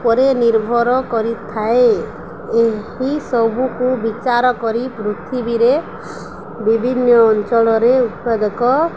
ଉପରେ ନିର୍ଭର କରିଥାଏ ଏହିସବୁକୁ ବିଚାର କରି ପୃଥିବୀରେ ବିଭିନ୍ନ ଅଞ୍ଚଳରେ ଉତ୍ପାଦକ